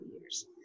years